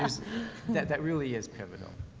there's that, that really is pivotal.